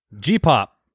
G-Pop